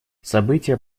события